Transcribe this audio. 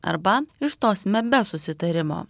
arba išstosime be susitarimo